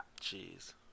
Jeez